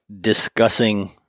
discussing